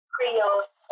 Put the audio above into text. Creole